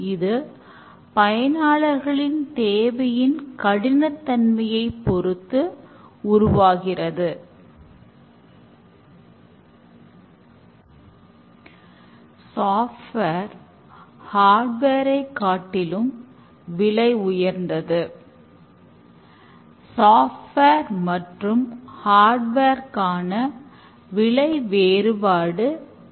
இது பயனாளர்களின் தேவையின் கடினத் தன்மையை பொறுத்து உருவாகிறது